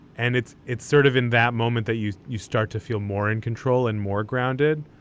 and it's it's sort of in that moment that you you start to feel more in control and more grounded.